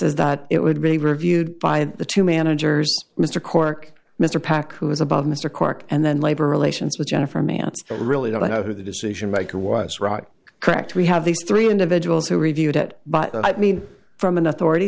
is that it would be reviewed by the two managers mr cork mr packer who was above mr clarke and then labor relations with jennifer mance really don't know who the decision maker was right correct we have these three individuals who reviewed at but i mean from an authority